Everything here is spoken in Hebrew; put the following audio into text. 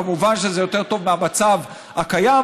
כמובן שזה יותר טוב מהמצב הקיים,